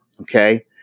Okay